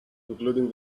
including